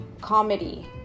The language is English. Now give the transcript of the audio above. comedy